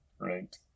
right